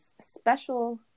special